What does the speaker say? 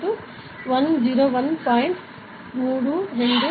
మీరు సమీప సముద్రానికి వెళుతుంటే మీపై గాలి పనిచేసే ఒత్తిడి 1 atmosphere 101